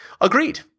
agreed